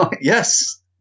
Yes